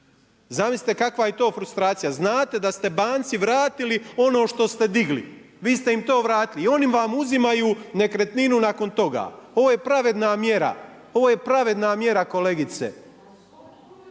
zamislite kakva je to frustracija, znate da ste banci vratili ono što ste digli, vi ste im to vratili i oni vam uzimaju nekretninu nakon toga. Ovo je pravedna mjera, ovo je pravedna mjera kolegice.